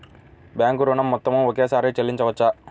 Bank ఋణం మొత్తము ఒకేసారి చెల్లించవచ్చా?